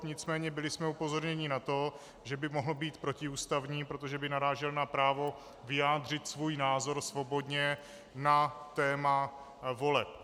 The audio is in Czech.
Nicméně byli jsme upozorněni na to, že by mohl být protiústavní, protože by narážel na právo vyjádřit svůj názor svobodně na téma voleb.